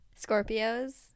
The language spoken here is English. scorpios